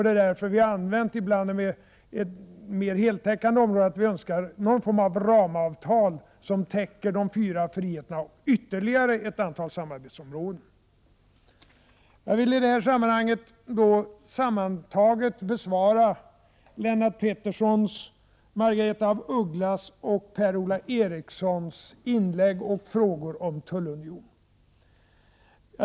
Det är därför som vi ibland använt en mer heltäckande definition — att vi önskar någon form av ramavtal som täcker de fyra friheterna och ytterligare ett antal samarbetsområden. Jag vill i det här sammanhanget sammantaget besvara Lennart Petterssons, Margaretha af Ugglas och Per-Ola Erikssons inlägg och frågor om tullunion.